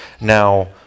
now